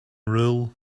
rule